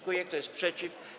Kto jest przeciw?